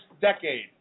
decade